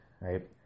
right